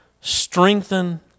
strengthen